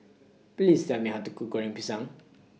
Please Tell Me How to Cook Goreng Pisang